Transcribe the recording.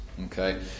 Okay